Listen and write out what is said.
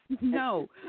No